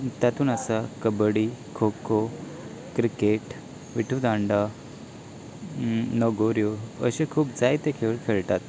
तातूंत आसा कबडी खो खो क्रिकेट विटू दांडा नगोऱ्यो अशे खूब जायते खेळ खेळटात